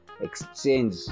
exchange